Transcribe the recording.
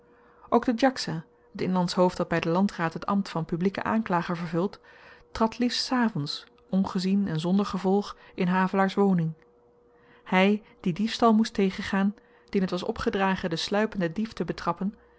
ook de djaksa t inlandsch hoofd dat by den landraad het ambt van publieke aanklager vervult trad liefst s avends ongezien en zonder gevolg in havelaars woning hy die diefstal moest tegengaan dien t was opgedragen den sluipenden dief te betrappen